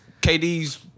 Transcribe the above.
KD's